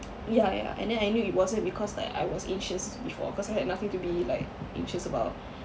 ya ya and then I knew it wasn't because like I was anxious before cause I had nothing to be like anxious about